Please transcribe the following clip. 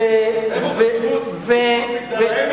איפה, בשיח'-מוניס?